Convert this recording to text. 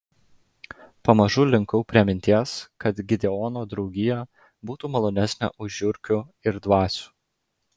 pamažu linkau prie minties kad gideono draugija būtų malonesnė už žiurkių ir dvasių